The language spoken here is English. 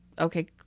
okay